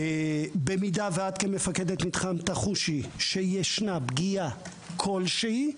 במידה ואת כמפקדת מתחם תחושי שישנה פגיעה כלשהי,